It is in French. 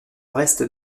reste